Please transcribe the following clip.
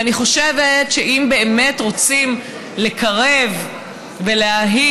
ואני חושבת שאם באמת רוצים לקרב ולהאהיב